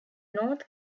north